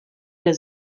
der